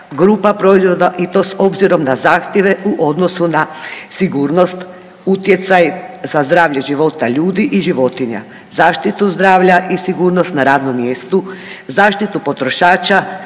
grupa proizvoda i to s obzirom na zahtjeve u odnosu na sigurnost, utjecaj za zdravlje života ljudi i životinja, zaštitu zdravlja i sigurnost na radnom mjestu, zaštitu potrošača,